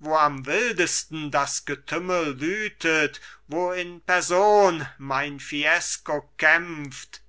wo am wildesten das getümmel wütet wo in person mein fiesco kämpft